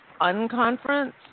unconference